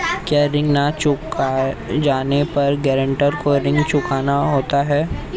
क्या ऋण न चुकाए जाने पर गरेंटर को ऋण चुकाना होता है?